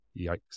Yikes